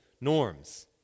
norms